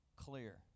clear